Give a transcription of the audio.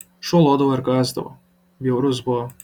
šuo lodavo ir kąsdavo bjaurus buvo